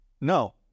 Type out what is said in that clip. No